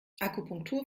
akupunktur